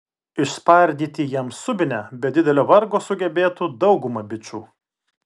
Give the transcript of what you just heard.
išspardyti jam subinę be didelio vargo sugebėtų dauguma bičų